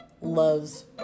love's